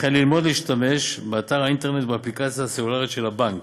וכן ללמוד להשתמש באתר האינטרנט ובאפליקציה הסלולרית של הבנק.